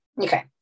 Okay